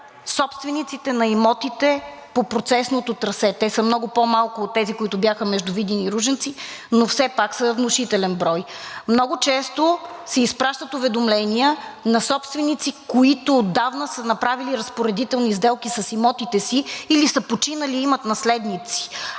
собствениците на имотите по процесното трасе? Те са много по-малко от тези, които бяха между Видин и Ружинци, но все пак са внушителен брой. Много често се изпращат уведомления на собственици, които отдавна са направили разпоредителни сделки с имотите си или са починали и имат наследници.